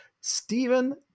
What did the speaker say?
Stephen